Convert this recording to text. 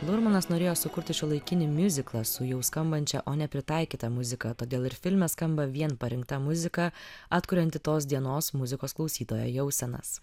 lurmanas norėjo sukurti šiuolaikinį miuziklą su jau skambančia o nepritaikyta muzika todėl ir filme skamba vien parinkta muzika atkurianti tos dienos muzikos klausytojo jausenas